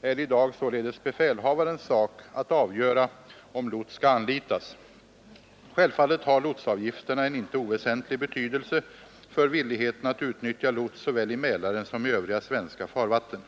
är det i dag således befälhavarens sak att avgöra om lots skall anlitas. Självfallet har lotsavgifterna en inte oväsentlig betydelse för villigheten att utnyttja lots såväl i Mälaren som i övriga svenska farvatten.